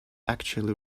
actually